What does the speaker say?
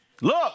look